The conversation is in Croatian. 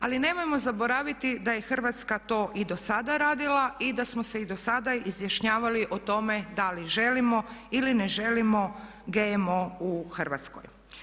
Ali nemojmo zaboraviti da je Hrvatska to i do sada radila i da smo se i do sada izjašnjavali o tome da li želimo ili ne želimo GMO u Hrvatskoj.